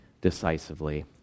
decisively